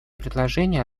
предложения